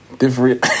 different